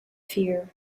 fear